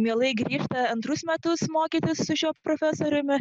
mielai grįžta antrus metus mokytis su šiuo profesoriumi